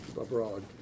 abroad